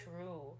true